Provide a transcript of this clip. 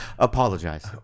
Apologize